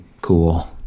cool